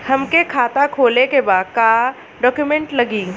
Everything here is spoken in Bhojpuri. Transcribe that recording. हमके खाता खोले के बा का डॉक्यूमेंट लगी?